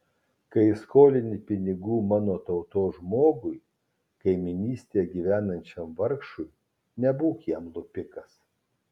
kai skolini pinigų mano tautos žmogui kaimynystėje gyvenančiam vargšui nebūk jam lupikas